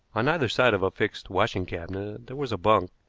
on either side of a fixed washing cabinet there was a bunk,